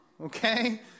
okay